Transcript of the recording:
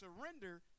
surrender